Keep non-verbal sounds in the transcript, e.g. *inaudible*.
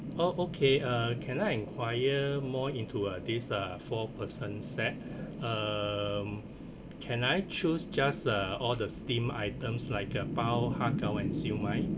oh okay uh can I enquire more into uh this uh four person set *breath* um can I choose just uh all the steamed items like a bao har gow and siew mai